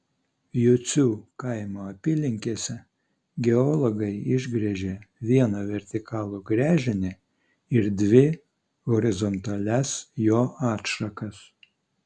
jucių kaimo apylinkėse geologai išgręžė vieną vertikalų gręžinį ir dvi horizontalias jo atšakas